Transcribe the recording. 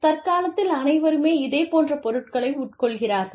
தற்காலத்தில் அனைவருமே இதேபோன்ற பொருட்களை உட்கொள்கிறார்கள்